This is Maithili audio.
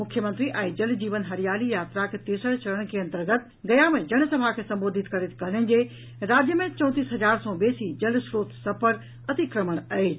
मुख्यमंत्री आई जल जीवन हरियाली यात्राक तेसर चरण के अन्तर्गत गया मे जन सभा के संबोधित करैत कहलनि जे राज्य मे चौंतीस हजार सँ बेसी जल स्त्रोत सभ पर अतिक्रमण अछि